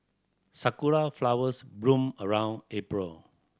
sakura flowers bloom around April